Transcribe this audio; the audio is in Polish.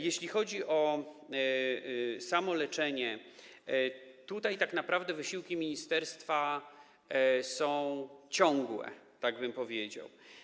Jeśli chodzi o samo leczenie, tak naprawdę wysiłki ministerstwa są ciągłe, tak bym powiedział.